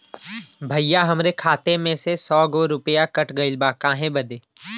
भईया हमरे खाता में से सौ गो रूपया कट गईल बा काहे बदे?